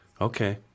Okay